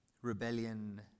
Rebellion